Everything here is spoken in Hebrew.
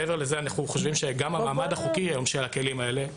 מעבר לזה אנחנו חושבים שגם המעמד החוקי של הכלים האלה היום,